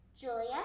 Julia